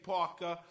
Parker